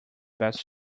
best